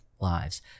lives